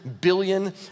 billion